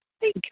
Thank